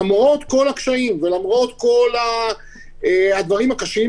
למרות כל הקשיים ולמרות כל הדברים הקשים,